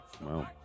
Wow